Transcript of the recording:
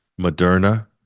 Moderna